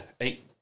eight